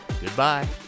Goodbye